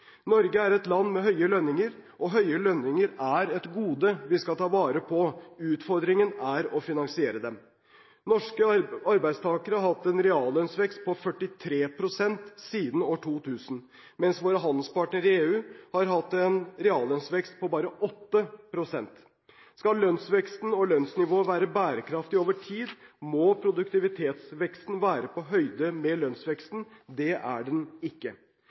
Norge er et land med høye lønninger. Høye lønninger er et gode vi skal ta vare på; utfordringen er å finansiere dem. Norske arbeidstakere har hatt en reallønnsvekst på 43 pst. siden 2000, mens våre handelspartnere i EU har hatt en reallønnsvekst på bare 8 pst. Skal lønnsveksten og lønnsnivået være bærekraftig over tid, må produktivitetsveksten være på høyde med lønnsveksten. Det er den ikke.